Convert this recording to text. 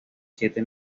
siete